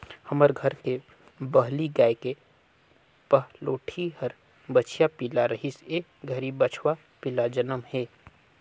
हमर घर के बलही गाय के पहलोठि हर बछिया पिला रहिस ए घरी बछवा पिला जनम हे